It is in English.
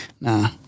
nah